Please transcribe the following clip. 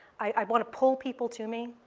i want to pull people to me.